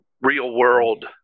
real-world